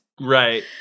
Right